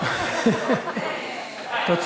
התרבות והספורט נתקבלה.